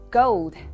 gold